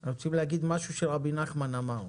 אנחנו צריכים להגיד משהו שרבי נחמן אמר.